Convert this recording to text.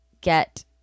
get